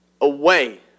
away